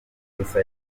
misa